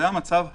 זה המצב כיום.